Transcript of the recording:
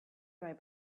right